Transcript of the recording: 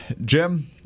Jim